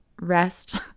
rest